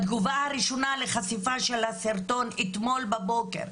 בתגובה הראשונה לחשיפה של הסרטון אתמול בבוקר,